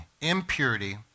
impurity